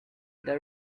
the